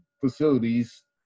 facilities